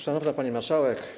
Szanowna Pani Marszałek!